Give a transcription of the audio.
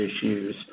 issues